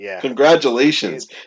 Congratulations